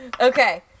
Okay